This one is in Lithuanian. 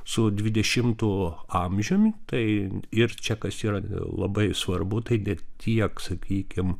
su dvidešimtu amžium tai ir čia kas yra labai svarbu tai ne tiek sakykim